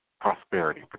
prosperity